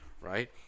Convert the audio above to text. right